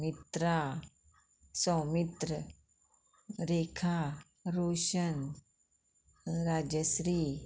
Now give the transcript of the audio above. Mitra Soumitra Rekha Roshan Rajshree